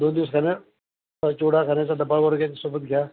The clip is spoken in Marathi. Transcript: दोन दिवस खाण्या चिवडा खाण्याचा डब्बावगैरे काय सोबत घ्या